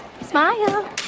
Smile